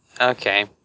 Okay